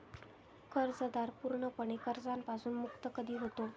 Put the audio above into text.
कर्जदार पूर्णपणे कर्जापासून मुक्त कधी होतो?